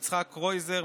יצחק קרויזר,